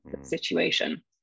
situation